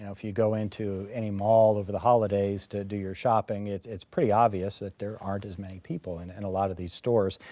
if you go into any mall over the holidays to do your shopping, it's it's pretty obvious that there aren't as many people in and a lot of these stores.